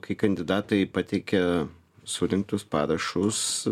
kai kandidatai pateikia surinktus parašus